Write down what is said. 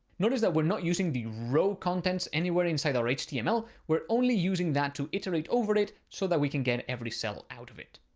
notice that we're not using the row contents anywhere inside our html. we're only using that to iterate over it so that we can get every cell out of it.